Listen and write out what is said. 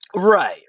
Right